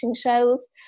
shows